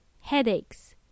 headaches